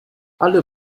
alle